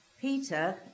Peter